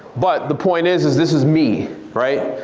but the point is is this is me, right?